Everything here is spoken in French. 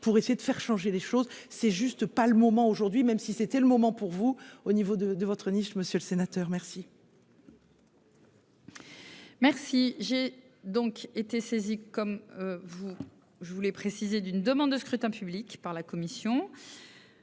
pour essayer de faire changer les choses. C'est juste pas le moment aujourd'hui, même si c'était le moment pour vous au niveau de de votre niche Monsieur le Sénateur merci.-- Merci. J'ai donc été saisis comme vous je voulais préciser d'une demande de scrutin public par la commission.